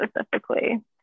specifically